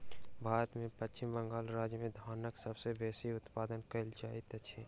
भारत में पश्चिम बंगाल राज्य में धानक सबसे बेसी उत्पादन कयल जाइत अछि